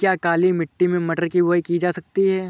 क्या काली मिट्टी में मटर की बुआई की जा सकती है?